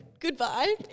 Goodbye